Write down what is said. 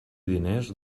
diners